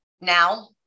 now